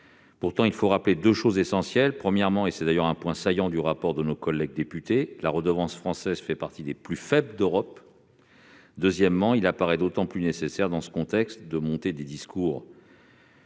Pourtant, il faut rappeler deux choses essentielles. Premièrement, et c'est d'ailleurs un point saillant du rapport de nos collègues députés, la redevance française fait partie des plus faibles d'Europe. Deuxièmement, il apparaît d'autant plus nécessaire, dans ce contexte de montée des discours